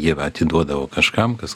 jie atiduodavo kažkam kas